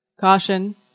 Caution